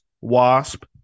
Wasp